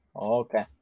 Okay